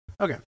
Okay